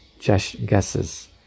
guesses